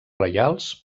reials